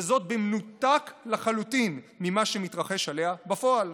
וזאת במנותק לחלוטין ממה שמתרחש עליה בפועל.